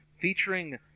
Featuring